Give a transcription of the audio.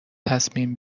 تصمیم